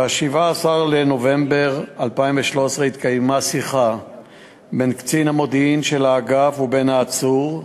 ב-17 בנובמבר 2013 התקיימה שיחה בין קצין המודיעין של האגף ובין העצור,